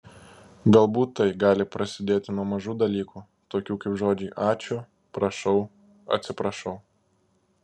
galbūt tai gali prasidėti nuo mažų dalykų tokių kaip žodžiai ačiū prašau atsiprašau